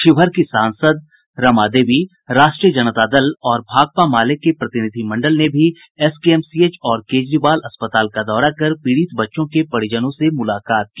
शिवहर की सांसद रमा देवी राष्ट्रीय जनता दल और भाकपा माले के एक प्रतिनिधि मंडल ने भी एसकेएमसीएच और केजरीवाल अस्पताल का दौरा कर पीड़ित बच्चों के परिजनों से मुलाकात की